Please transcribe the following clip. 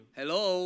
hello